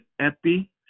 epi